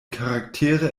charaktere